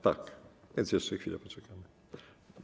Tak, więc jeszcze chwilę poczekamy.